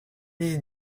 dix